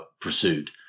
pursued